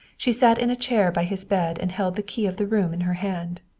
she sat in a chair by his bed and held the key of the room in her hand.